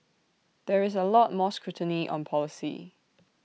there is A lot more scrutiny on policy